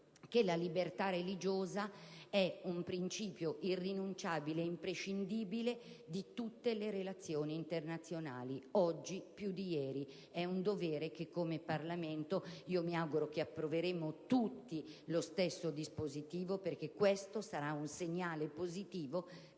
la libertà religiosa è un principio irrinunciabile e imprescindibile di tutte le relazioni internazionali, oggi più di ieri; è un dovere del Parlamento, e io mi auguro che approveremo tutti lo stesso dispositivo per trasmettere un segnale positivo